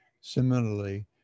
Similarly